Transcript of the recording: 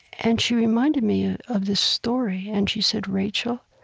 and she reminded me of this story. and she said, rachel,